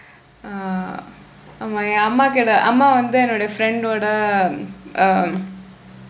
uh ஆமாம் என் அம்மாகிட்ட அம்மா வந்து என்னோட:aamaam en ammakitda amma vandthu ennooda friend வோட:voda um um